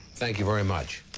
thank you very much.